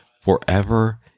forever